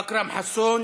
אכרם חסון.